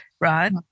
right